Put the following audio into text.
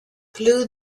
glue